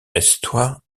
estoyt